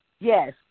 Yes